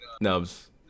nubs